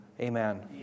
Amen